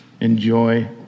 enjoy